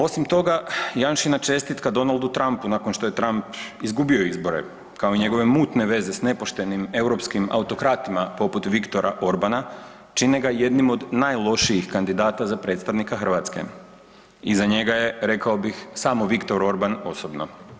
Osim toga Janšina čestitka Donaldu Trumpu nakon što je Trump izgubio izbore kao i njegove mutne veze s nepoštenim europskim autokratima poput Viktora Orbana čine ga jedinim od najlošijih kandidata za predstavnika Hrvatske, iza njega je rekao bih samo Viktor Orban osobno.